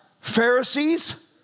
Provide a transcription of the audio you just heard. Pharisees